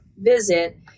visit